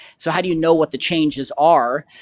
so how do you know what the changes are?